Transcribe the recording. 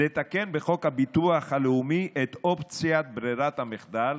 לתקן בחוק הביטוח הלאומי את אופציית ברירת המחדל,